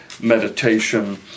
meditation